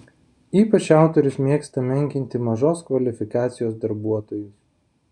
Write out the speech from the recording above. ypač autorius mėgsta menkinti mažos kvalifikacijos darbuotojus